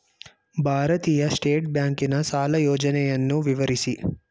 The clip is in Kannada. ಭಾರತೀಯ ಸ್ಟೇಟ್ ಬ್ಯಾಂಕಿನ ಸಾಲ ಯೋಜನೆಯನ್ನು ವಿವರಿಸಿ?